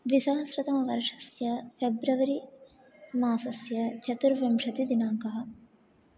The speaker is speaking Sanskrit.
द्विसहस्रतमवर्षस्य फेब्र्वरि मासस्य चतुर्विंशतिदिनाङ्कः